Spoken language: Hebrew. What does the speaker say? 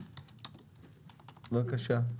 בבקשה.